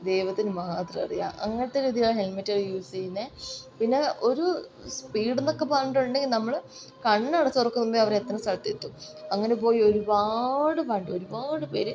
ദൈവത്തിന് മാത്രമറിയാം അങ്ങനത്തെ ഒരു രീതിയിലാണ് ഹെൽമറ്റ് അവർ യൂസ് ചെയ്യുന്നത് പിന്നെ ഒരു സ്പീഡ് എന്നൊക്കെ പറഞ്ഞിട്ടുണ്ടെങ്കിൽ നമ്മൾ കണ്ണടച്ച് തുറക്കും മുൻപേ അവർ എത്തേണ്ട സ്ഥലത്ത് എത്തും അങ്ങനെ പോയി ഒരുപാട് ഒരുപാട് പേര്